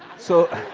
so